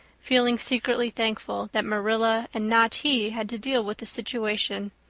feeling secretly thankful that marilla and not he had to deal with the situation.